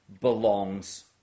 belongs